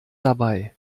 dabei